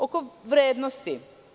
Oko vrednosti.